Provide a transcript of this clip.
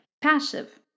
passive